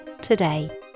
today